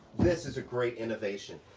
this is a great innovation.